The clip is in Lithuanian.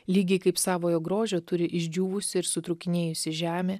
lygiai kaip savojo grožio turi išdžiūvusi ir sutrūkinėjusi žemė